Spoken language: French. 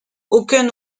aucun